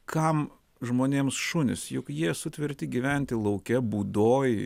kam žmonėms šunys juk jie sutverti gyventi lauke būdoj